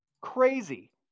Crazy